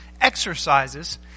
exercises